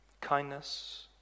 Kindness